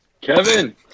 Kevin